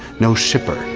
no shipper,